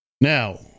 Now